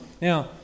Now